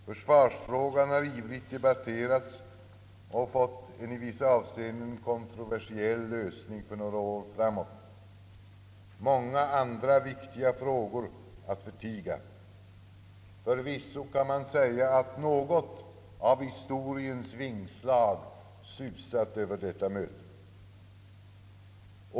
Försvarsfrågan har ivrigt debatterats och fått en i vissa avseenden kontroversiell lösning för några år framåt. Många andra viktiga frågor att förtiga. Förvisso kan man säga att något av historiens vingslag susat över detta möte.